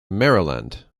maryland